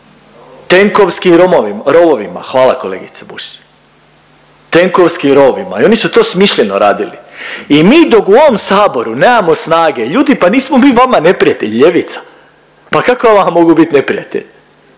Tenkovskim rovovima, hvala kolegice Bušić, tenkovskim rovovima i oni su to smišljeno radili i mi dok u ovom saboru nemamo snage. Ljudi pa nismo mi vama neprijatelji, ljevica, pa kako ja vama mogu bit neprijatelj,